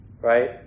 right